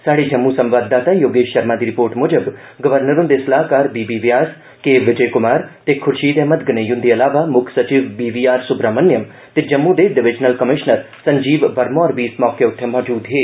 स्हाड़े जम्मू संवाददाता योगेष षर्मा दी रिपोर्ट मुजब गवर्नर हुंदे सलाह्कार B B Vyas K Vijay Kumar ते खुर्षीद अहमद गनेई हुंदे अलावा मुक्ख सचिव बी वी आर सुब्रह्मण्यम ते जम्मू दे डिवीजनल कमिषनर संजीव वर्मा होर बी उत्थे मौजूद हे